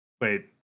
Wait